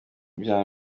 bya